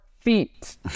feet